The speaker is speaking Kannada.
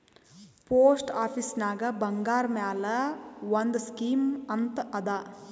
ಪೋಸ್ಟ್ ಆಫೀಸ್ನಾಗ್ ಬಂಗಾರ್ ಮ್ಯಾಲ ಒಂದ್ ಸ್ಕೀಮ್ ಅಂತ್ ಅದಾ